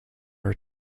were